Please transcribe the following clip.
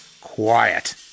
Quiet